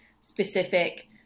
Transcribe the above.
specific